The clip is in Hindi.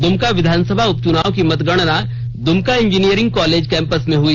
दुमका विधानसभा उपचुनाव की मतगणना दुमका इंजीनियरिंग कॉलेज कैंपस में हुई